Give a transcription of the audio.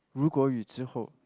如果已知或